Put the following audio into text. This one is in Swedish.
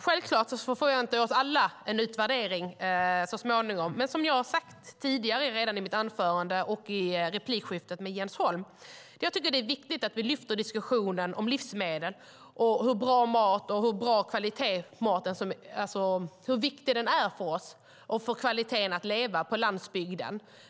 Självklart förväntar vi oss alla en utvärdering så småningom, men som jag sade redan i mitt anförande och i replikskiftet med Jens Holm tycker jag att det är viktigt att vi lyfter upp diskussionen om livsmedel och hur viktigt det är med bra mat av bra kvalitet och hur viktig den är för oss och för kvaliteten att leva på landsbygden.